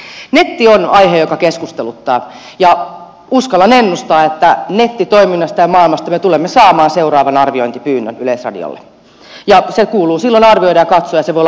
netti on aihe joka keskusteluttaa ja uskallan ennustaa että nettitoiminnasta ja maailmasta me tulemme saamaan seuraavan arviointipyynnön yleisradiolle ja se kuuluu silloin arvioida ja katsoa ja se voi olla arvokas keskustelu käydä